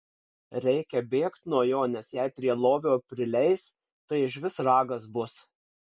reikia bėgt nuo jo nes jei prie lovio prileis tai išvis ragas bus